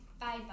Bye-bye